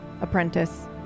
apprentice